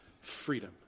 freedom